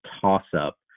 toss-up